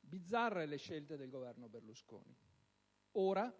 bizzarre le scelte del Governo Berlusconi: ora,